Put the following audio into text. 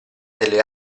delle